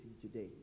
today